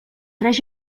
tres